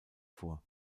vor